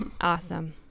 awesome